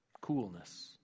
coolness